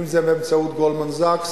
אם באמצעות "גולדמן-סאקס",